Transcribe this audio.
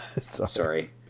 sorry